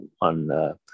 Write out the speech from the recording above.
on